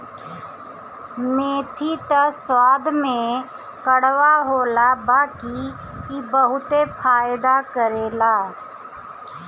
मेथी त स्वाद में कड़वा होला बाकी इ बहुते फायदा करेला